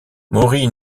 mori